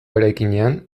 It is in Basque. eraikinean